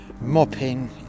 mopping